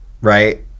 Right